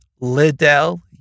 Liddell